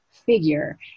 figure